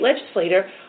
legislator